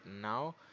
now